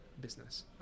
business